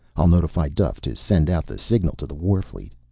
i'll notify duffe to send out the signal to the warfleet.